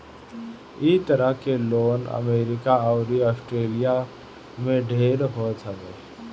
इ तरह के लोन अमेरिका अउरी आस्ट्रेलिया में ढेर होत हवे